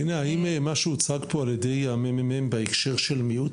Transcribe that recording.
האם מה שהוצג פה על-ידי המ.מ.מ בהקשר של מיעוט